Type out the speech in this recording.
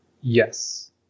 Yes